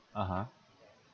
(uh huh)